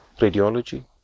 radiology